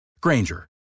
Granger